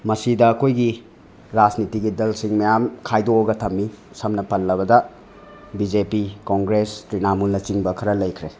ꯃꯁꯤꯗ ꯑꯩꯈꯣꯏꯒꯤ ꯔꯥꯖꯅꯤꯇꯤꯒꯤ ꯗꯜꯁꯤꯡ ꯃꯌꯥꯝ ꯈꯥꯏꯗꯣꯛꯑꯒ ꯊꯝꯃꯤ ꯁꯝꯅ ꯄꯜꯂꯕꯗ ꯕꯤ ꯖꯦ ꯄꯤ ꯀꯣꯡꯒ꯭ꯔꯦꯁ ꯇ꯭ꯔꯤꯅꯃꯨꯜꯅ ꯆꯤꯡꯕ ꯍꯔ ꯂꯩꯈ꯭ꯔꯦ